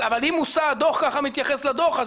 אבל אם מושא הדוח כך מתייחס לדוח,